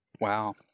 Wow